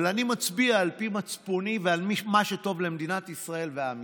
אבל אני מצביע על פי מצפוני ועל פי מה שטוב למדינת ישראל ועם ישראל.